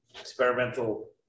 experimental